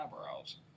eyebrows